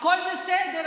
הכול בסדר,